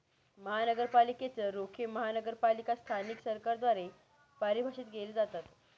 महानगरपालिकेच रोखे महानगरपालिका स्थानिक सरकारद्वारे परिभाषित केले जातात